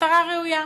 מטרה ראויה.